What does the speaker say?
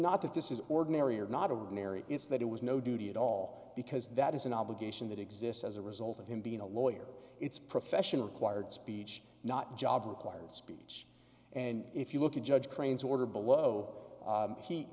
not that this is ordinary or not of mary is that it was no duty at all because that is an obligation that exists as a result of him being a lawyer it's professional acquired speech not job required speech and if you look at judge crane's order below